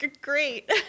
Great